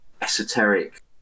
esoteric